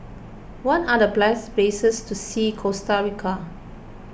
what are the best places to see in Costa Rica